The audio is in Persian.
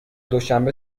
دوشنبه